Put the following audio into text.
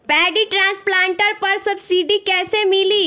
Paddy transplanter पर subsidy कैसे मिली?